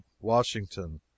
Washington